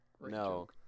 No